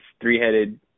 three-headed